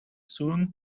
soon